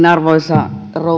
arvoisa rouva